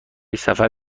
سفر